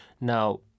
Now